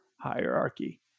hierarchy